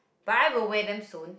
but I will wear them soon